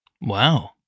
Wow